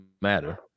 matter